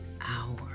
hour